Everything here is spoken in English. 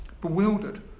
bewildered